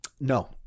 No